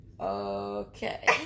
Okay